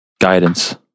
Guidance